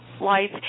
life